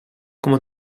como